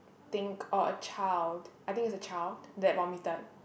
think or a child I think it's a child that vomited